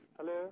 Hello